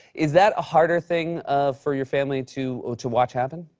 is that a harder thing um for your family to ah to watch happen?